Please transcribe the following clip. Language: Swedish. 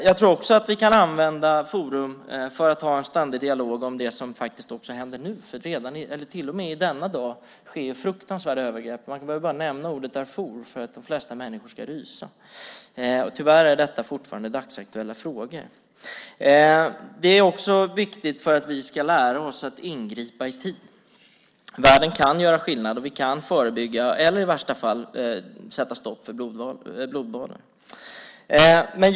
Jag tror också att vi kan använda Forum för en ständig dialog om vad som händer nu. Till och med i denna dag sker fruktansvärda övergrepp. Man behöver bara nämna Darfur för att de flesta människor ska rysa. Tyvärr är detta fortfarande dagsaktuella frågor. Det är också viktigt för att vi ska lära oss att ingripa i tid. Världen kan göra skillnad, och vi kan förebygga eller i värsta fall sätta stopp för blodbaden.